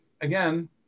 again